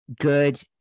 good